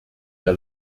der